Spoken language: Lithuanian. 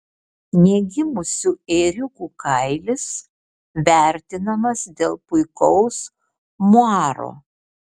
negimusių ėriukų kailis vertinamas dėl puikaus muaro